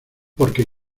porque